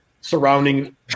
surrounding